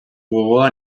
gogoa